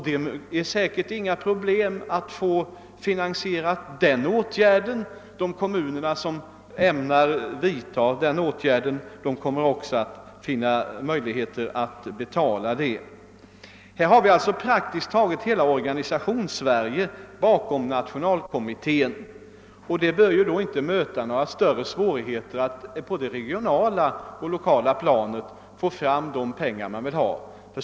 Det är säkert inga problem att få den åtgärden finansierad. De krafter som ämnar vidtaga den åtgärden kommer även att finna möjligheter att betala den. Här har vi alltså praktiskt taget hela Organisations-Sverige bakom nationalkommittén. Det bör då inte möta några större svårigheter att på det regionala och lokala planet få fram de pengar man vill ha.